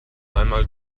einmal